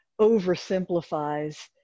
oversimplifies